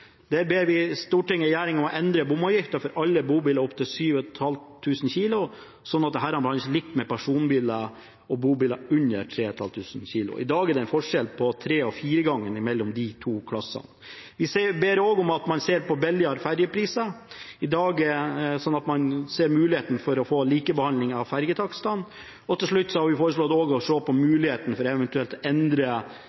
Stortinget ber regjeringen endre bomavgiften for alle bobiler opptil 7,5 tonn, slik at disse behandles likt med personbiler og bobiler under 3,5 tonn. – I dag er det en forskjell på tre og fire ganger mellom disse to klassene. Vi ber også om at man ser på lavere ferjepriser, slik at man ser en mulighet for å få likebehandling av ferjetakstene. Til slutt har vi også, sammen med Senterpartiet, foreslått å se på muligheten for eventuelt